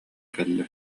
кэллэ